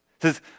says